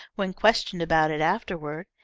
when questioned about it afterward,